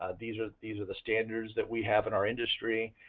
ah these are these are the standards that we have in our industry,